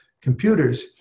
computers